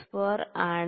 64 ആണ്